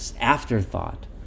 afterthought